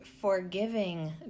forgiving